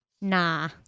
Nah